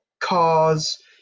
cars